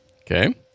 Okay